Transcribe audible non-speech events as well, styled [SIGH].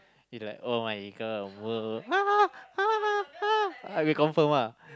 in like [oh]-my-God [NOISE] we confirm ah